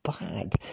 bad